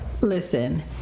Listen